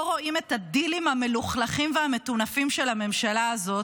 רואים את הדילים המלוכלכים והמטונפים של הממשלה הזאת,